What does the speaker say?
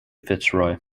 fitzroy